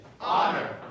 honor